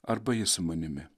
arba ji su manimi